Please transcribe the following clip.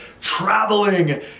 traveling